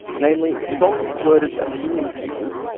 namely strongly worded opinion pieces,